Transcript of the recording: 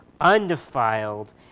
undefiled